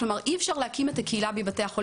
אי אפשר להקים את הקהילה בלי בתי החולים